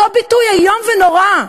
אותו ביטוי איום ונורא,